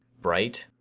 bright,